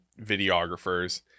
videographers